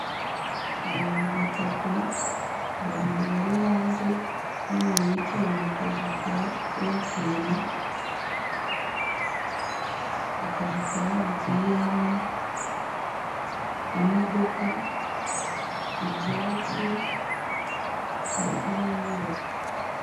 Abantu batatu, babiri bari hanze n'umwe wicaye mu kazu ka Airtel, akazu ka MTN, imodoka, ibyatsi ndetse n'inyubako.